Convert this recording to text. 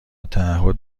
تعهد